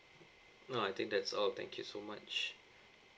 no I think that's all thank you so much